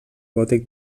gòtic